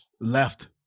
Left